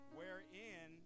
wherein